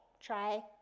try